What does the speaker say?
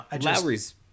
Lowry's